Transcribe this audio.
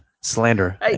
slander